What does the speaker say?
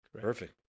Perfect